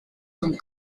son